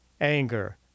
Anger